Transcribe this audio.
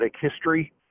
history